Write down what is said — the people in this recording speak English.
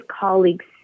colleagues